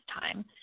time